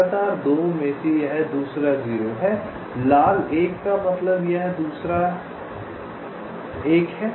लगातार 2 में से यह दूसरा 0 है लाल 1 का मतलब यह दूसरा है